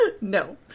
No